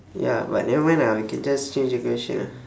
ya but never mind ah we can just change the question ah